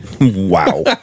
Wow